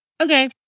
Okay